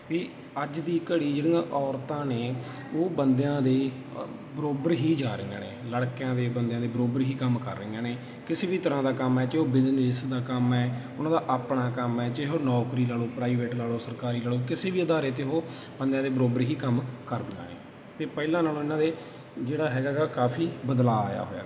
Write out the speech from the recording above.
ਵੀ ਅੱਜ ਦੀ ਘੜੀ ਜਿਹੜੀਆਂ ਔਰਤਾਂ ਨੇ ਉਹ ਬੰਦਿਆਂ ਦੇ ਬਰਾਬਰ ਹੀ ਜਾ ਰਹੀਆਂ ਨੇ ਲੜਕਿਆਂ ਦੇ ਬੰਦਿਆਂ ਦੇ ਬਰਾਬਰ ਹੀ ਕੰਮ ਕਰ ਰਹੀਆਂ ਨੇ ਕਿਸੇ ਵੀ ਤਰ੍ਹਾਂ ਦਾ ਕੰਮ ਹੈ ਜੋ ਬਿਜਨਸ ਦਾ ਕੰਮ ਹੈ ਉਹਨਾਂ ਦਾ ਆਪਣਾ ਕੰਮ ਹੈ ਚਾਹੇ ਉਹ ਨੌਕਰੀ ਲਾ ਲਉ ਪ੍ਰਾਈਵੇਟ ਲਾ ਲਉ ਸਰਕਾਰੀ ਲਾ ਲਉ ਕਿਸੇ ਵੀ ਅਦਾਰੇ 'ਤੇ ਉਹ ਬੰਦਿਆਂ ਦੇ ਬਰਾਬਰ ਹੀ ਕੰਮ ਕਰਦੀਆਂ ਨੇ ਅਤੇ ਪਹਿਲਾਂ ਨਾਲੋਂ ਇਹਨਾਂ ਦੇ ਜਿਹੜਾ ਹੈਗਾ ਗਾ ਕਾਫ਼ੀ ਬਦਲਾਅ ਆਇਆ ਹੋਇਆ ਗਾ